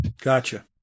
Gotcha